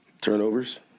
turnovers